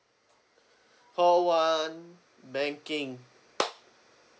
call one banking